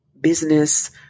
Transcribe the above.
business